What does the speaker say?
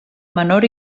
menor